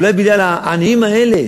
אולי בגלל העניים האלה